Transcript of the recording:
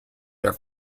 their